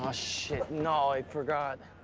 ah shit, no, i forgot.